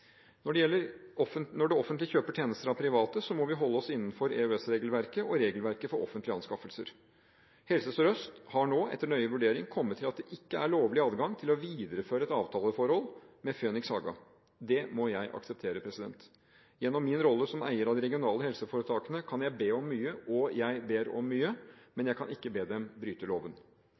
Når det offentlige kjøper tjenester av private, må vi holde oss innenfor EØS-regelverket og regelverket for offentlige anskaffelser. Helse Sør-Øst har nå, etter nøye vurdering, kommet til at det ikke er lovlig adgang til å videreføre avtaleforholdet med Phoenix Haga. Det må jeg akseptere. Gjennom min rolle som eier av de regionale helseforetakene kan jeg be om mye, og jeg ber om mye, men jeg kan ikke be dem bryte loven.